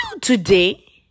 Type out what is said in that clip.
today